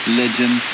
legend